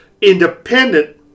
independent